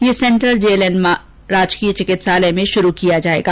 ये centre JLN राजकीय चिकित्सालय में शुरू किया जायेगा